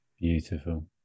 Beautiful